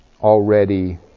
already